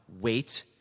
Wait